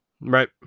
Right